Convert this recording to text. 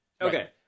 Okay